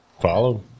Follow